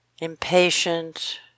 impatient